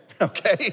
Okay